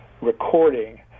recording